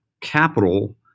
capital